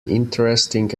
interesting